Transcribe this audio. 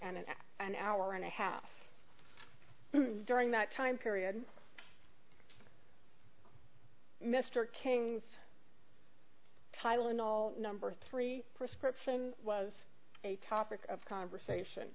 an hour and a half during that time period mr king's tylenol number three prescription was a topic of conversation